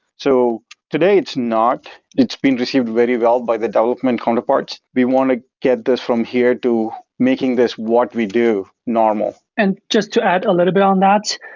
so today it's not. it's been received very well by the development counterpart. we want to get this from here to making this what we do normal and just to add a little bit on that,